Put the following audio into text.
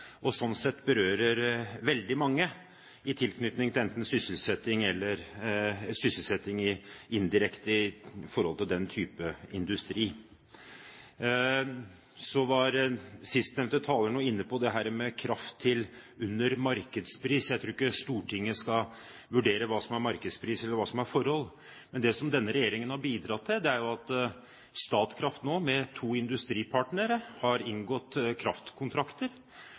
som sånn sett berører veldig mange i tilknytning til enten sysselsetting eller indirekte sysselsetting. Siste taler var inne på dette med kraft til under markedspris. Jeg tror ikke Stortinget skal vurdere hva som er markedspris. Men det denne regjeringen har bidratt til, er at Statkraft nå har inngått kraftkontrakter med to industripartnere. Den ene av de industribedriftene har